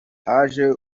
haje